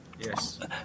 Yes